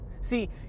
See